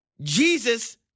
Jesus